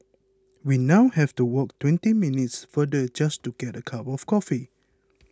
we now have to walk twenty minutes farther just to get a cup of coffee